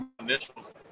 initials